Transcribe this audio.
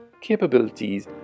capabilities